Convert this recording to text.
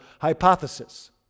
hypothesis